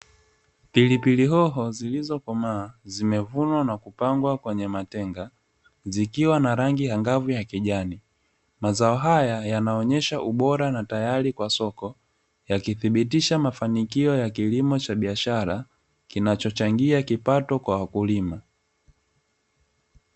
Pilipili hoho zilizo komaa zimevunywa na kutengwa kwenye matenga zikiwa na rangi angavu ya kijani, mazao haya yanaonyesha ubora na tayari kwa soko ya kithibitisha mafanikio ya kilimo cha biashara kinacho changia kipato kwa wakulima.